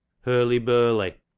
Hurly-burly